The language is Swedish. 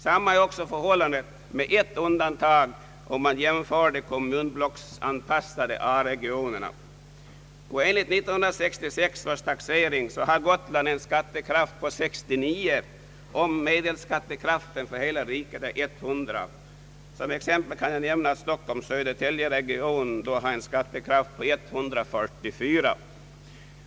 Samma är också förhållandet med ett undantag, om vi jämför de kommunblocksanpassade A-regionerna. Enligt 1966 års taxering hade Gotland en skattekraft på 69 om medelskattekraften för hela riket var 100. Som exempel kan nämnas att Stockholm—Södertälje-regionen samtidigt hade en skattekraft på 144.